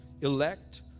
elect